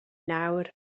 nawr